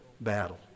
battle